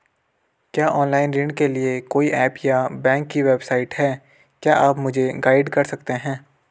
क्या ऑनलाइन ऋण के लिए कोई ऐप या बैंक की वेबसाइट है क्या आप मुझे गाइड कर सकते हैं?